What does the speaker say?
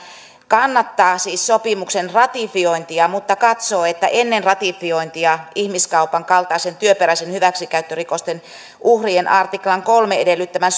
kannattaa siis sopimuksen ratifiointia mutta katsoo että ennen ratifiointia ihmiskaupan kaltaisten työperäisten hyväksikäyttörikosten uhrien artiklan kolmen edellyttämän